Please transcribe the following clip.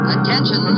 Attention